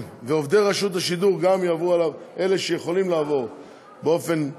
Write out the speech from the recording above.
עובדי רשות השידור יעברו אליו באופן זמני,